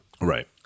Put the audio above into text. right